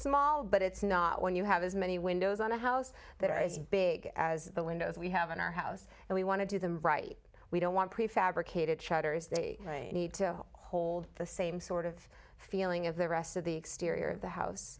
small but it's not when you have as many windows on the house that are as big as the windows we have in our house and we want to do them right we don't want prefabricated chatter as they need to hold the same sort of feeling of the rest of the exterior of the house